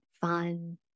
fun